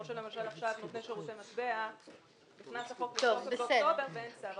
כמו שלמשל החוק נותני שירותי מטבע נכנס לתוקף באוקטובר ואין צו.